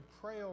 pray